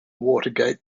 watergate